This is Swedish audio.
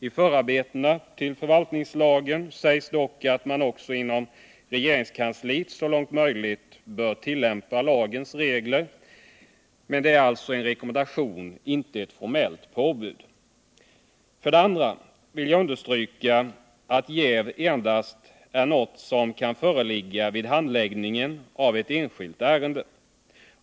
I förarbetena till förvaltningslagen sägs det också att man inom regeringskansliet så långt möjligt bör tillämpa lagens regler, men det är alltså en rekommendation, inte ett formellt påbud. För det andra vill jag understryka att jäv endast kan föreligga vid handläggningen av ett enskilt ärende.